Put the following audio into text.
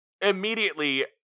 immediately